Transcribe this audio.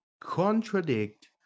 contradict